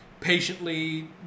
patiently